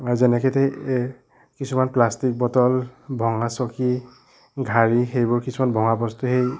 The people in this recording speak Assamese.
যেনেকে দি কিছুমান প্লাষ্টিক বটল ভঙা চকী গাড়ী সেইবোৰ কিছুমান ভঙা বস্তু সেই